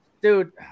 Dude